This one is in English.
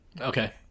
Okay